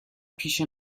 پیش